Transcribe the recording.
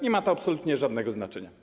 Nie ma to absolutnie żadnego znaczenia.